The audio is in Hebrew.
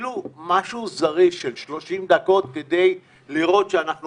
אפילו משהו זריז של 30 דקות כדי לראות שאנחנו